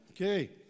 Okay